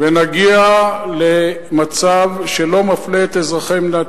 ונגיע למצב שלא מפלה את אזרחי מדינת